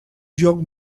joc